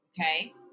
okay